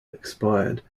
expired